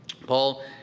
Paul